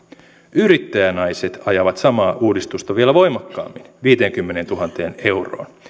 yrittäjänaiset ajaa samaa uudistusta vielä voimakkaammin viiteenkymmeneentuhanteen euroon